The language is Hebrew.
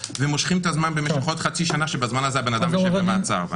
והם מושכים את הזמן במשך עוד חצי שנה כשבזמן הזה הבן-אדם יושב במעצר.